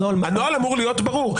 הנוהל אמור להיות ברור.